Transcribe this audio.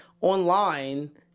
online